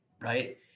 right